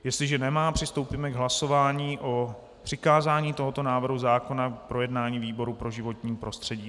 Jestliže nemá, přistoupíme k hlasování o přikázání tohoto návrhu zákona k projednání výboru pro životní prostředí.